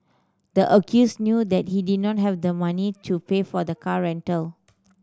the accused knew that he did not have the money to pay for the car rental